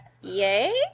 yay